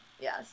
yes